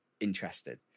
interested